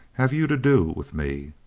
have you to do with me?